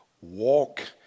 Walk